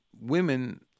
women